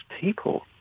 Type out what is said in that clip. people